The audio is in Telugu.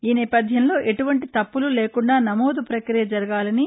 ఈ నేపథ్యంలో ఎటువంటి తప్పులు లేకుండా నమోదు ప్రక్రియ జరగాలని